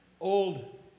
Old